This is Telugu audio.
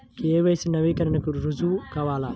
కే.వై.సి నవీకరణకి రుజువు కావాలా?